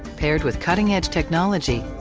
paired with cutting edge technology,